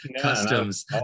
customs